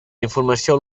informació